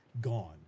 gone